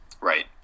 Right